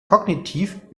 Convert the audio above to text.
kognitiv